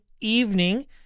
evening